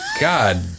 God